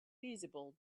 feasible